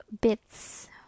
bits